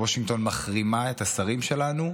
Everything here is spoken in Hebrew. כשוושינגטון מחרימה את השרים שלנו,